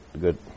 good